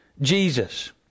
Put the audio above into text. Jesus